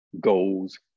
goals